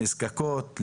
הנזקקות,